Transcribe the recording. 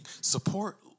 Support